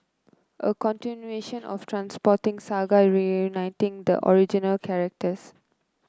a continuation of Trainspotting saga reuniting the original characters